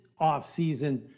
offseason